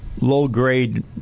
low-grade